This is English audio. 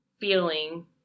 feeling